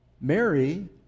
Mary